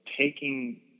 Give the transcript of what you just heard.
taking